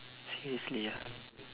seriously ah